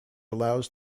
allows